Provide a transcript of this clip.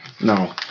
no